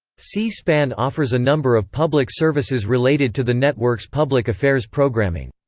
c-span offers a number of public services related to the network's public affairs programming.